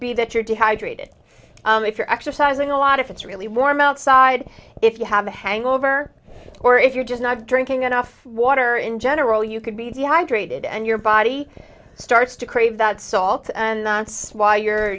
dehydrated if you're exercising a lot if it's really warm outside if you have a hangover or if you're just not drinking enough water in general you could be dehydrated and your body starts to crave that salt and that's why you're